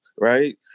right